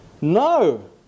No